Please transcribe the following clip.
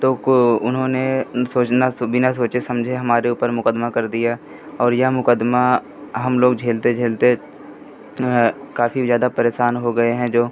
तो को उन्होंने सोचना बिना सोचे समझे हमारे ऊपर मुक़दमा कर दिया और यह मुक़दमा हम लोग झेलते झेलते काफ़ी ज़्यादा परेशान हो गए हैं जो